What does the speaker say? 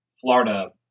Florida